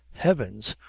heavens!